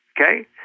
Okay